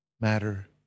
matter